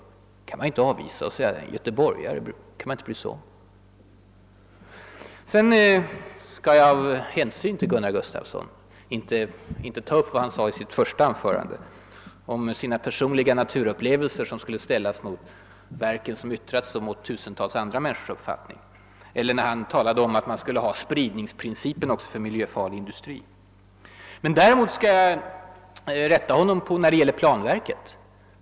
Det kan man inte avvisa genom att säga att han är göteborgare och att vi därför inte skall bry oss om honom. Av hänsyn till Gunnar Gustafsson skall jag inte ta upp vad han i sitt första anförande sade om sina personliga naturupplevelser, som skulle ställas mot den uppfattning som de verk har, vilka yttrat sig, och mot tusentals andra människors uppfattning. Jag skall inte heller beröra vad han sade om att man skulle tillämpa spridningsprincipen också för miljöfarlig industri. Däremot skall jag rätta honom när det gäller planverket.